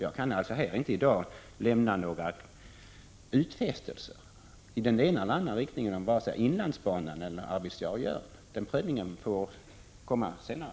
Jag kan alltså inte i dag lämna några utfästelser i den ena eller andra riktningen om vare sig inlandsbanan eller bandelen Arvidsjaur-Jörn. Den prövningen får komma senare.